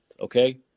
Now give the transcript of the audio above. Okay